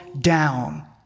down